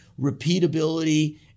repeatability